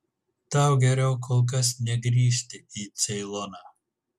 tau geriau kol kas negrįžti į ceiloną